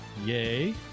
Yay